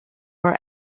were